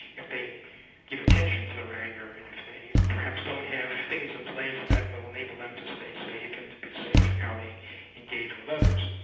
if they give attention to their anger and if they perhaps don't have things in place that but will enable them to stay safe and to be safe in how they engage with others,